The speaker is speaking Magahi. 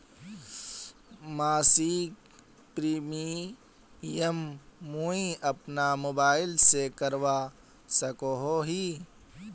मासिक प्रीमियम मुई अपना मोबाईल से करवा सकोहो ही?